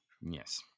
yes